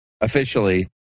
officially